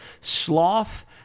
sloth